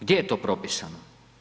Gdje je to propisano?